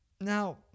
Now